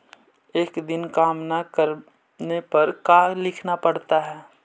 एक दिन काम न करने पर का लिखना पड़ता है?